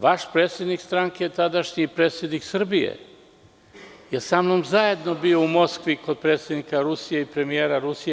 Vaš predsednik stranke, tadašnji predsednik Srbije, je sa mnom zajedno bio u Moskvi kod predsednika i premijera Rusije.